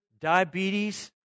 diabetes